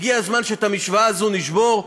הגיע הזמן שאת המשוואה הזאת נשבור.